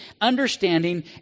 understanding